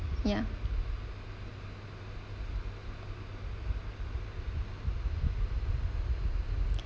ya